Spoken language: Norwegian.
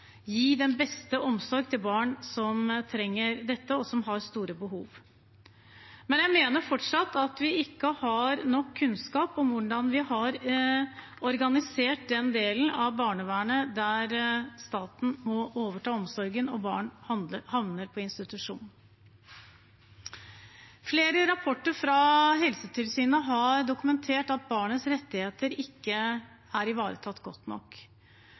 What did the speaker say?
gi den beste omsorg til barn som trenger dette, og som har store behov. Men jeg mener fortsatt at vi ikke har nok kunnskap om hvordan vi har organisert den delen av barnevernet der staten må overta omsorgen og barn havner på institusjon. Flere rapporter fra Helsetilsynet har dokumentert at barns rettigheter ikke er ivaretatt godt nok.